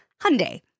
Hyundai